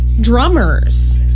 drummers